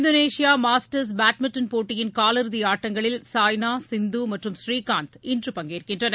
Indonesia Masters badminton போட்டியின் காலிறுதி ஆட்டங்களில் சாய்னா சிந்து மற்றும் ஸ்ரீகாந்த் இன்று பங்கேற்கின்றனர்